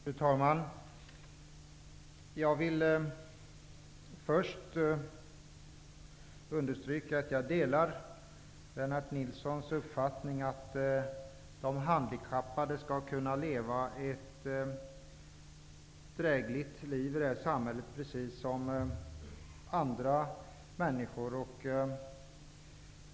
Herr talman! Jag vill först understryka att jag delar Lennart Nilssons uppfattning att de handikappade skall kunna leva, precis som andra människor, ett drägligt liv i vårt samhälle.